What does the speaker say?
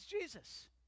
Jesus